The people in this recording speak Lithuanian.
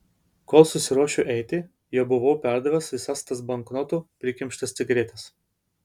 kol susiruošiu eiti jau buvau perdavęs visas tas banknotų prikimštas cigaretes